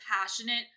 passionate